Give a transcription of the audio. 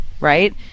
right